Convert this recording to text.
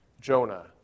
Jonah